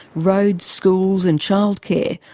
roads, schools and childcare,